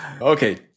okay